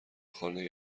خانه